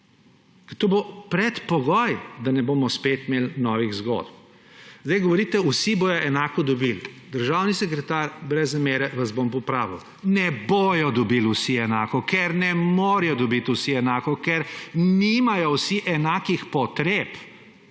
to bo predpogoj, da ne bomo spet imeli novih zgodb. Zdaj govorite, vsi bodo enako dobili. Državni sekretar, brez zamere, vas bom popravil. Ne bodo dobili vsi enako, ker ne morejo dobiti vsi enako, ker nimajo vsi enakih potreb;